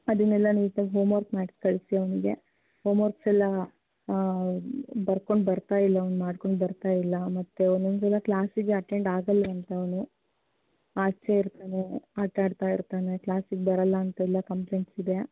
ಅದನ್ನೆಲ್ಲ ನೀಟಾಗಿ ಹೋಮ್ವರ್ಕ್ ಮಾಡಿ ಕಳಿಸಿ ಅವನಿಗೆ ಹೋಮ್ವರ್ಕ್ಸ್ ಎಲ್ಲ ಬರ್ಕೊಂಡು ಬರ್ತಾ ಇಲ್ಲ ಅವನು ಮಾಡಿಕೊಂಡು ಬರ್ತಾ ಇಲ್ಲ ಮತ್ತೆ ಒಂದೊಂದು ಸಲ ಕ್ಲಾಸಿಗೆ ಅಟೆಂಡ್ ಆಗಲ್ವಂತೆ ಅವನು ಆಚೆ ಇರ್ತಾನೆ ಆಟ ಆಡ್ತಾ ಇರ್ತಾನೆ ಕ್ಲಾಸಿಗೆ ಬರಲ್ಲ ಅಂತ ಎಲ್ಲ ಕಂಪ್ಲೆಂಟ್ಸ್ ಇದೆ